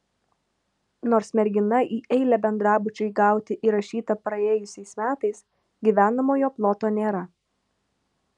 nors mergina į eilę bendrabučiui gauti įrašyta praėjusiais metais gyvenamojo ploto nėra